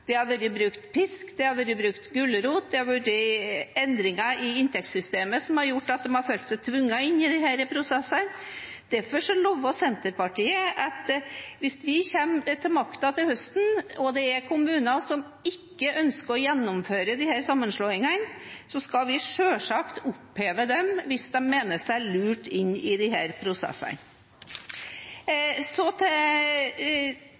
Det har vært brukt pisk, og det har vært brukt gulrot, og det har vært endringer i inntektssystemet som har gjort at de har følt seg tvunget inn i disse prosessene. Derfor lover Senterpartiet at hvis vi kommer til makten til høsten og det er kommuner som ikke ønsker å gjennomføre disse sammenslåingene, skal vi selvsagt oppheve dem hvis man mener seg lurt inn i disse prosessene. Av og til når jeg er i debatter her